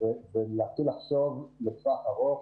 להתחיל לחשוב לטווח ארוך.